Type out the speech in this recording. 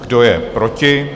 Kdo je proti?